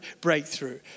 breakthrough